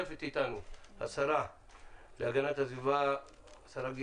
בישיבה זו משתתפת איתנו השרה להגנת הסביבה גילה